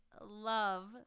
love